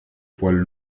poils